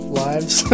lives